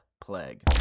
Plague